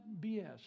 BS